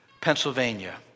Pennsylvania